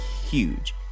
huge